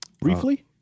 briefly